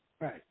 Right